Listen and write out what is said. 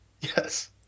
Yes